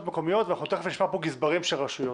המקומיות ואנחנו תיכף נשמע פה גזברים של רשויות.